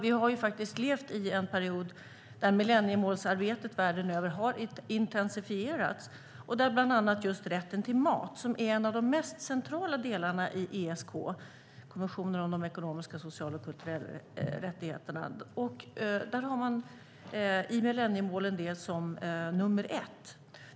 Vi har faktiskt levt i en period där millenniemålsarbetet världen över har intensifierats. Bland annat just rätten till mat, som är en av de mest centrala delarna i ESK, kommissionen om de ekonomiska, sociala och kulturella rättigheterna, har man i millenniemålen som nummer ett.